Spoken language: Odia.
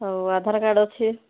ଆଉ ଅଧାର କାର୍ଡ଼୍ ଅଛି